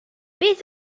beth